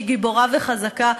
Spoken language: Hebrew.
שהיא גיבורה וחזקה,